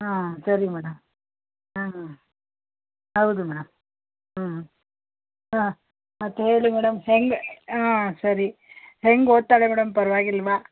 ಹಾಂ ಸರಿ ಮೇಡಮ್ ಹಾಂ ಹೌದು ಮೇಡಮ್ ಹ್ಞೂ ಹಾಂ ಮತ್ತೆ ಹೇಳಿ ಮೇಡಮ್ ಹೆಂಗೆ ಹಾಂ ಸರಿ ಹೆಂಗೆ ಓದ್ತಾಳೆ ಮೇಡಮ್ ಪರವಾಗಿಲ್ವಾ